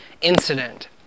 incident